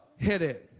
hit it.